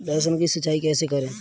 लहसुन की सिंचाई कैसे करें?